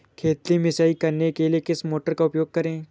खेत में सिंचाई करने के लिए किस मोटर का उपयोग करें?